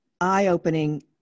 eye-opening